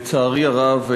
לצערי הרב,